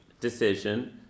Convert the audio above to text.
decision